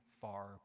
far